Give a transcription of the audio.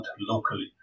locally